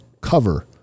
Cover